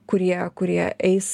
kurie kurie eis